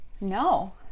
No